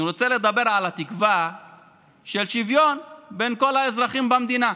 אני רוצה לדבר על התקווה של שוויון בין כל האזרחים במדינה,